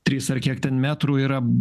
trys ar kiek ten metrų yra